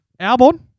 Albon